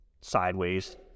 sideways